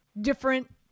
different